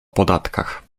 podatkach